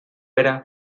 era